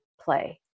play